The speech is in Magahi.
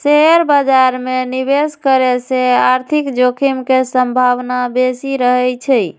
शेयर बाजार में निवेश करे से आर्थिक जोखिम के संभावना बेशि रहइ छै